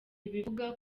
ntibivuga